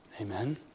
Amen